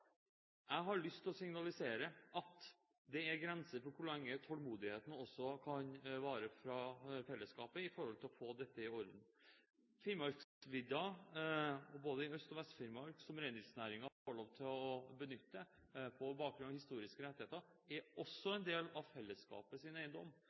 jeg har lyst til å signalisere at det er grenser for hvor lenge tålmodigheten kan vare også fra fellesskapets side når det gjelder å få dette i orden. Finnmarksvidda, både i Øst- og Vest-Finnmark, som reindriftsnæringen får lov til å benytte på bakgrunn av historiske rettigheter, er også